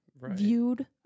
viewed